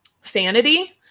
sanity